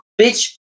bitch